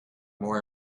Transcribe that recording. more